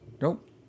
Nope